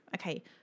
Okay